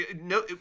no